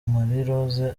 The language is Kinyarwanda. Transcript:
rose